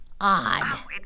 odd